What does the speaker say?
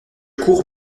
cours